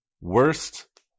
worst